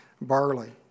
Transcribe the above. barley